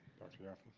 dr yaffe?